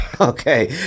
okay